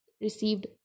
received